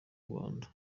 rwanda